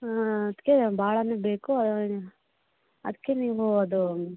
ಹಾಂ ಅದಕ್ಕೆ ಬಾಳಾ ನೇ ಬೇಕು ಅದಕ್ಕೆ ನೀವು ಅದು